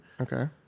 Okay